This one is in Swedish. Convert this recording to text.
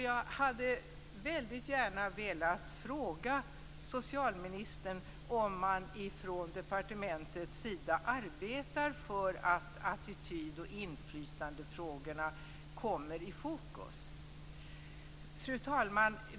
Jag hade väldigt gärna velat fråga socialministern om man på departementet arbetar för att attityd och inflytandefrågorna kommer i fokus. Fru talman!